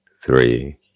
three